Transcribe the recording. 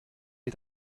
est